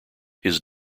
his